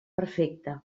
perfecte